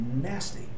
nasty